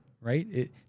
right